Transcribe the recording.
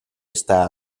esta